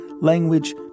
Language